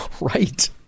Right